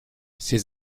ses